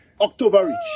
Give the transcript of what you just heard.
October